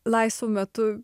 laisvu metu